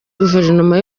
guverinoma